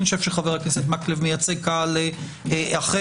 חבר הכנסת מקלב מייצג קהל אחר.